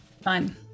Fine